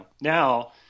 now –